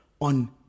on